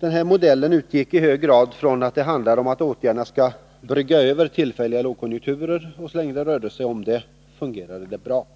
Den här modellen utgick i hög grad från att det handlade om att åtgärderna skulle brygga över tillfälliga lågkonjunkturer, och så länge det rörde sig om det fungerade den bra.